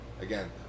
again